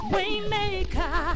Waymaker